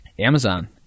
Amazon